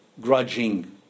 grudging